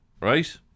Right